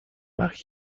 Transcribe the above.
وقت